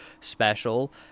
special